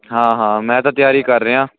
ਹਾਂ ਹਾਂ ਮੈਂ ਤਾਂ ਤਿਆਰੀ ਕਰ ਰਿਹਾ